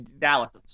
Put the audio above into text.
Dallas